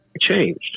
changed